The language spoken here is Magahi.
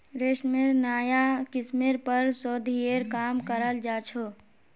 रेशमेर नाया किस्मेर पर शोध्येर काम कराल जा छ